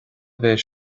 bheidh